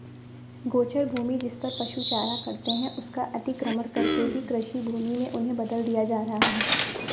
गोचर भूमि, जिसपर पशु चारा चरते हैं, उसका अतिक्रमण करके भी कृषिभूमि में उन्हें बदल दिया जा रहा है